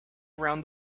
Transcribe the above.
around